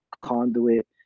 conduit